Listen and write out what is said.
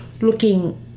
looking